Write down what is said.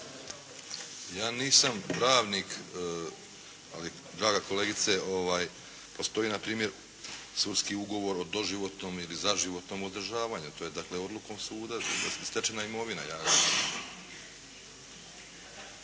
Ja nisam pravnik ali draga kolegice postoji na primjer sudski ugovor o doživotnom ili zaživotnom održavanju, to je dakle odlukom suda stečena imovina.